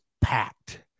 packed